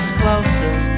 closer